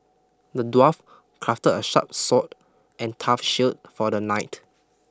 the dwarf crafted a sharp sword and tough shield for the knight